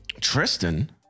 Tristan